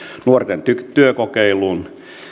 nuorten työkokeiluun